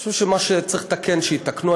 אני חושב שמה שצריך לתקן, שיתקנו.